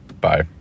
Bye